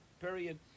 Period